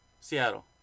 Seattle